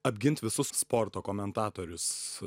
apgint visus sporto komentatorius